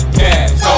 cash